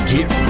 Get